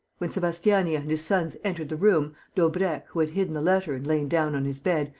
when sebastiani and his sons entered the room, daubrecq, who had hidden the letter and lain down on his bed,